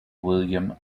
william